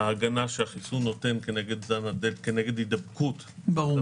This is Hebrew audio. ההגנה שהחיסון נותן כנגד הידבקות לא